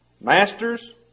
Masters